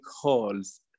halls